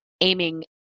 aiming